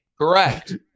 Correct